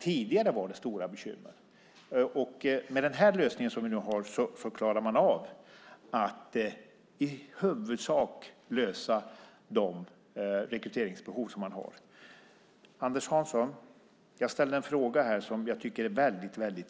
Tidigare fanns däremot stora bekymmer. Med den lösning som vi nu har klarar man av att i huvudsak fylla de rekryteringsbehov som finns. Jag ställde i min förra replik en fråga till Anders Hansson som jag tyckte var mycket viktig.